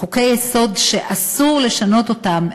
חוקי-יסוד שאסור לשנות אותם,